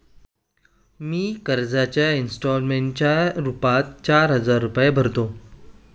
मी कर्जाच्या इंस्टॉलमेंटच्या रूपात चार हजार रुपये भरतो